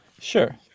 Sure